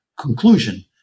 conclusion